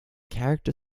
character